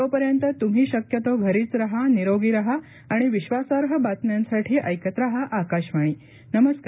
तोपर्यंत त्रम्ही शक्यतो घरीच राहा निरोगी राहा आणि विश्वासार्ह बातम्यांसाठी ऐकत राहा आकाशवाणी नमस्कार